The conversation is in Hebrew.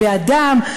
באדם.